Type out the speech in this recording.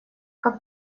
как